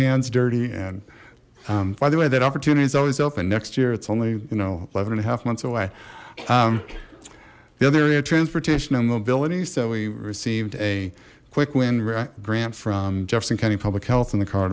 hands dirty and by the way that opportunity is always open next year it's only you know eleven and a half months away the other area transportation and mobility so we received a quick win grant from jefferson county public health in the car